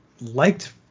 liked